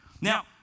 Now